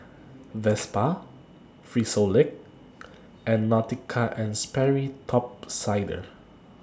Vespa Frisolac and Nautica and Sperry Top Sider